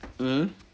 mm